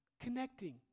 connecting